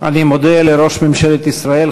אני מודה לראש ממשלת ישראל,